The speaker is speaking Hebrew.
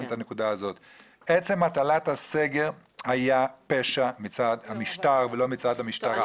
עצם הטלת הסגר היה פשע מצד המשטר ולא מצד המשטרה.